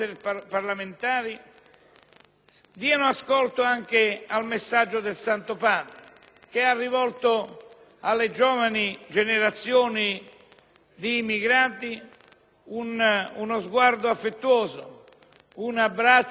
diano ascolto anche al messaggio del Santo Padre, che ha rivolto alle giovani generazioni di immigrati uno sguardo affettuoso, un abbraccio virtuale, ma reale,